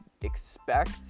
expect